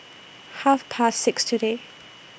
Half Past six today